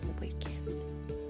weekend